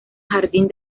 jardín